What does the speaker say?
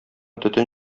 төтен